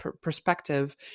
perspective